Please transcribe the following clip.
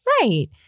Right